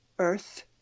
earth